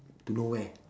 to nowhere